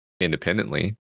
independently